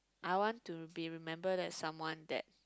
I want to be remember that someone that